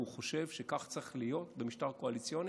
הוא חושב שכך צריך להיות במשטר קואליציוני,